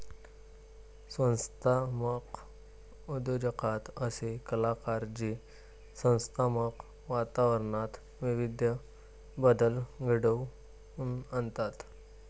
संस्थात्मक उद्योजकता असे कलाकार जे संस्थात्मक वातावरणात विविध बदल घडवून आणतात